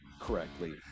correctly